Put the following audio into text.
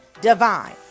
Divine